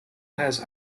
has